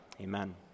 Amen